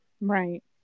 Right